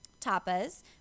tapas